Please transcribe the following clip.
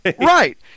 Right